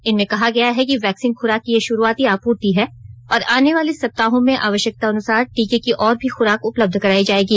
इनमें कहा गया है कि वैक्सीन खुराक की ये शुरूआती आपूर्ति है और आने वाले सप्ताहों में आवश्यकतानुसार टीके की और भी खुराक उपलब्ध करायी जायेगी